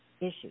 issues